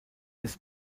ist